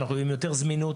אנחנו רואים יותר זמינות,